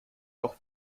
noch